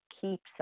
keeps